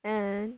and